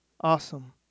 awesome